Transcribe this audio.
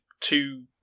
two